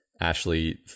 Ashley